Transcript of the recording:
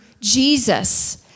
Jesus